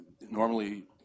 normally